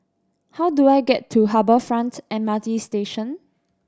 how do I get to Harbour Front M R T Station